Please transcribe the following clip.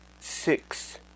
six